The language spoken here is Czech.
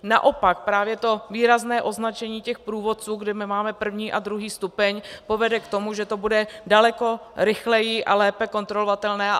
Naopak právě to výrazné označení průvodců, kde máme první a druhý stupeň, povede k tomu, že to bude daleko rychleji a lépe kontrolovatelné.